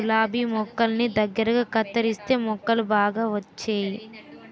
గులాబి మొక్కల్ని దగ్గరగా కత్తెరిస్తే మొగ్గలు బాగా వచ్చేయి